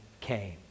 came